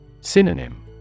Synonym